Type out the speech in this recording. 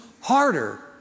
harder